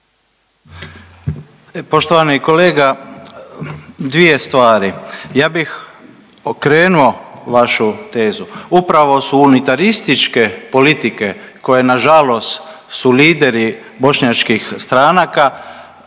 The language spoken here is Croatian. Poštovani kolega, dvije stvari. Ja bih okrenuo vašu tezu. Upravo su unitarističke politike koje nažalost su lideri bošnjačkih stranaka